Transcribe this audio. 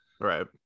Right